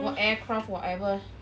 what aircraft whatever lah